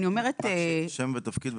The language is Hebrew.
יש לי שאלה.